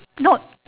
no